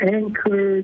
anchor